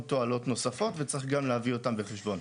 תועלות נוספות וצריך גם להביא אותם בחשבון.